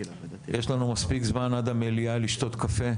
יש לנו מספיק זמן עד המליאה לשתות קפה.